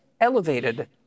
elevated